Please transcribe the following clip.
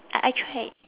I I tried